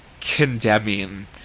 condemning